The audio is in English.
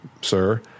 sir